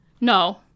No